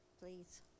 please